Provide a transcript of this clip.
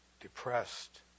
depressed